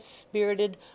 spirited